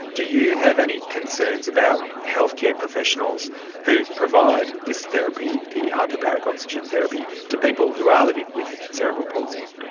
do you have any concerns about healthcare professionals who provide this therapy, the hyperbaric oxygen therapy, to people who are living with cerebral palsy?